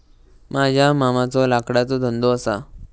माझ्या मामाचो लाकडाचो धंदो असा